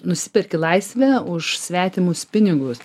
nusiperki laisvę už svetimus pinigus